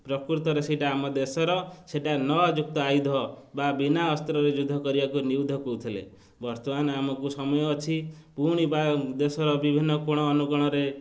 ପ୍ରକୃତରେ ସେଇଟା ଆମ ଦେଶର ସେଟା ନଯୁକ୍ତ ଆୟୁଧ ବା ବିନା ଅସ୍ତ୍ରରେ ଯୁଦ୍ଧ କରିବାକୁ ନିୟୁଦ୍ଧ କହୁଥିଲେ ବର୍ତ୍ତମାନ ଆମକୁ ସମୟ ଅଛି ପୁଣି ବା ଦେଶର ବିଭିନ୍ନ କୋଣ ଅନୁକୋଣରେ